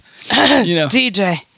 DJ